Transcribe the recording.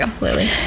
Lily